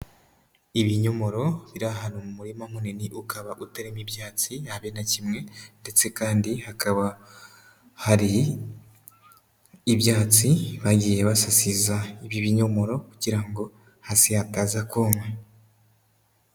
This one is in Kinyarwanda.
Ibinyomoro biri ahantu mu murima munini ukaba utarimo ibyatsi habe na kimwe, ndetse kandi hakaba hari ibyatsi bagiye basasiza ibi binyomoro kugira ngo hasi hataza kuma.